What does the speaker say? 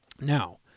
Now